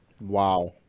Wow